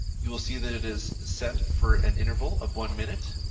you will see that it is set for an interval of one minute